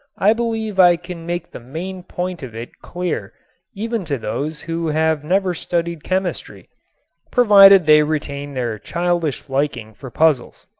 i believe i can make the main point of it clear even to those who have never studied chemistry provided they retain their childish liking for puzzles.